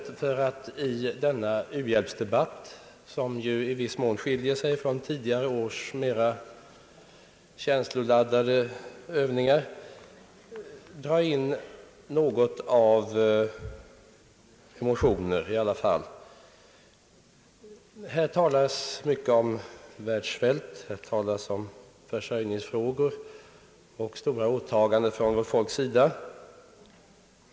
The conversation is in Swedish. Det var för att i denna uhjälpsdebatt, som ju i viss mån skiljer sig från tidigare års mera känsloladdade Övningar, ta upp några synpunkter ur motionerna. Här har talats mycket om världssvält, om försörjningsfrågor och stora åtaganden från vårt folks sida.